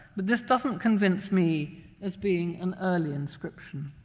but this doesn't convince me as being an early inscription.